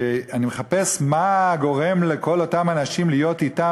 שאני מחפש מה גורם לכל אותם אנשים להיות אתם,